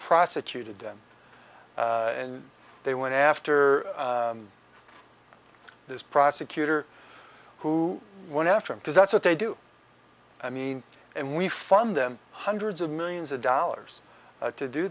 prosecuted them and they went after this prosecutor who went after him because that's what they do i mean and we fund them hundreds of millions of dollars to do